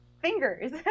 fingers